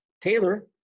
Taylor